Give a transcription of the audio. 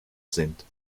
sind